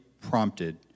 prompted